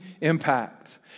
impact